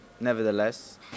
nevertheless